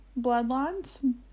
bloodlines